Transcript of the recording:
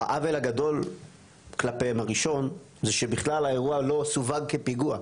העוול הגדול כלפיהם הראשון זה שבכלל האירוע לא סווג כפיגוע,